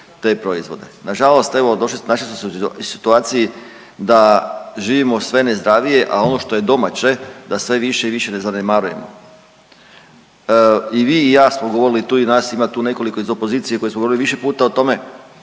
te proizvode. Nažalost evo došli, našli smo se u situaciji da živimo sve nezdravije, a ono što je domaće da sve više i više ne zanemarujemo. I vi i ja smo govorili tu i nas ima tu nekoliko iz opozicije koji smo govorili više puta o tome